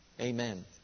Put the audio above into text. Amen